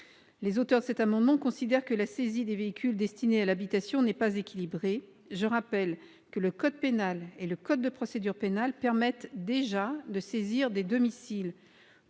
Les auteurs du présent amendement considèrent que la saisie des véhicules destinés à l'habitation n'est pas équilibrée. Je rappelle que le code pénal et le code de procédure pénale permettent déjà de saisir des domiciles.